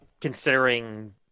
considering